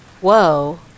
Whoa